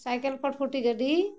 cycle ᱯᱷᱚᱴᱯᱷᱚᱴᱤ ᱜᱟᱹᱰᱤ